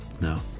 no